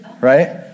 right